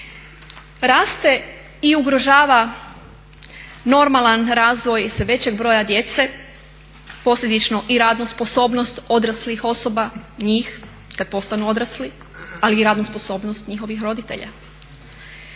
Raste i ugrožava normalan razvoj sve većeg broja djece, posljedično i radnu sposobnost odraslih osoba, njih kad postanu odrasli, ali i radnu sposobnost njihovih roditelja.